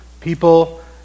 People